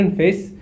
face